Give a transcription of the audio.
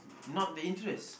not their interest